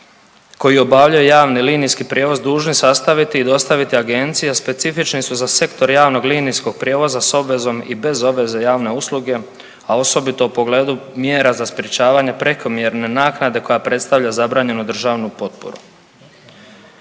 koji obavljaju javni linijski prijevoz dužni sastaviti i dostaviti agenciji, specifični su za sektor javnog linijskog prijevoza s obvezom i bez obveze javne usluge, a osobito u pogledu mjera za sprječavanje prekomjerne naknade koja predstavlja zabranjenu državnu potporu.